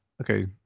Okay